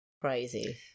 crazy